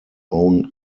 own